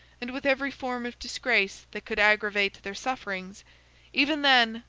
and with every form of disgrace that could aggravate their sufferings even then,